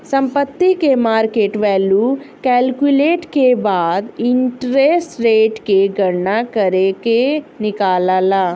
संपत्ति के market value calculate के बाद इंटरेस्ट रेट के गणना करके निकालाला